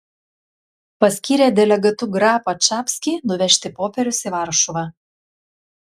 paskyrė delegatu grapą čapskį nuvežti popierius į varšuvą